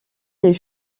les